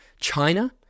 China